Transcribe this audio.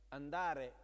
andare